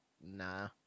Nah